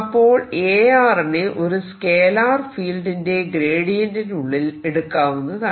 അപ്പോൾ A നെ ഒരു സ്കേലാർ ഫീൽഡ് ന്റെ ഗ്രേഡിയന്റിനുള്ളിൽ എടുക്കാവുന്നതാണ്